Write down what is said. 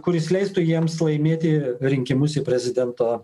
kuris leistų jiems laimėti rinkimus į prezidento